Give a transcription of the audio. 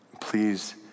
Please